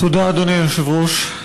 תודה, אדוני היושב-ראש.